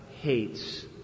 hates